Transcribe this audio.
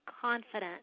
confident